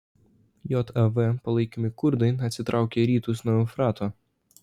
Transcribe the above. jav palaikomi kurdai atsitraukė į rytus nuo eufrato